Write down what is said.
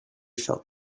felt